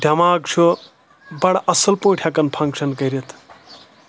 دؠماغ چھُ بَڑٕ اَصٕل پٲٹھۍ ہؠکان فنٛگشَن کٔرِتھ